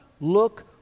look